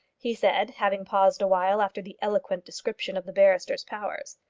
he said, having paused a while after the eloquent description of the barrister's powers.